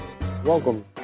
Welcome